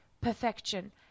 perfection